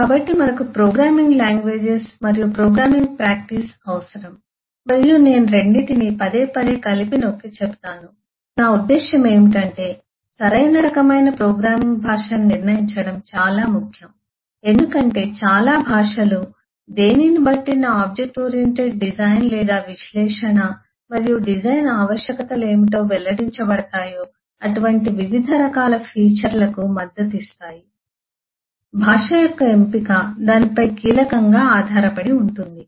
కాబట్టి మనకు programming languages మరియు ప్రోగ్రామింగ్ ప్రాక్టీస్ అవసరం మరియు నేను రెండింటినీ పదేపదే కలిపి నొక్కి చెబుతాను నా ఉద్దేశ్యం ఏమిటంటే సరైన రకమైన ప్రోగ్రామింగ్ భాషను నిర్ణయించడం చాలా ముఖ్యం ఎందుకంటే చాలా భాషలు దేనిని బట్టి నా ఆబ్జెక్ట్ ఓరియెంటెడ్ డిజైన్ లేదా విశ్లేషణ మరియు డిజైన్ ఆవశ్యకతలు ఏమిటో వెల్లడించబడతాయో అటువంటి వివిధ రకాల ఫీచర్లకు మద్దతు ఇస్తాయి భాష యొక్క ఎంపిక దానిపై కీలకంగా ఆధారపడి ఉంటుంది